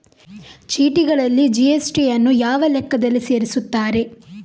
ಚೀಟಿಗಳಲ್ಲಿ ಜಿ.ಎಸ್.ಟಿ ಯನ್ನು ಯಾವ ಲೆಕ್ಕದಲ್ಲಿ ಸೇರಿಸುತ್ತಾರೆ?